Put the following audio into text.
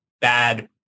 bad